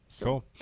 cool